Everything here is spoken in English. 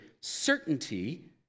certainty